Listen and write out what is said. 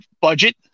budget